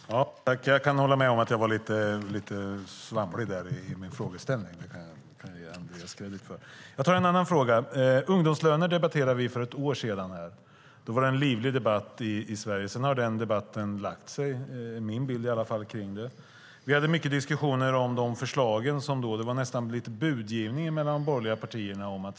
Fru talman! Jag kan hålla med om att jag var lite svamlig i min frågeställning. Det kan jag ge Andreas kredd för. Jag tar en annan fråga. Ungdomslöner debatterade vi för ett år sedan här. Då var det en livlig debatt i Sverige. Sedan har den debatten lagt sig; det är i alla fall min bild. Vi hade mycket diskussioner, och det var nästan lite budgivning mellan de borgerliga partierna.